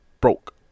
Broke